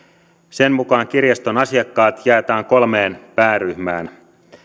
sen mukaan kirjaston asiakkaat jaetaan kolmeen pääryhmään